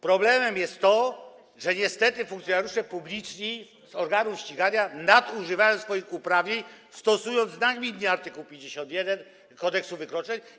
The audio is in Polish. Problemem jest to, że niestety funkcjonariusze publiczni organów ścigania nadużywają swoich uprawnień, stosując nagminnie art. 51 Kodeksu wykroczeń.